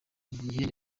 igihe